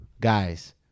Guys